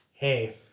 Hey